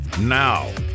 Now